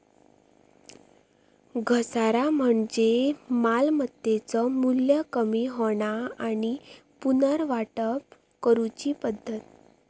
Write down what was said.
घसारा म्हणजे मालमत्तेचो मू्ल्य कमी होणा आणि पुनर्वाटप करूची पद्धत